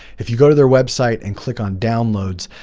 if you go to their website and click on downloads,